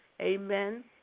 amen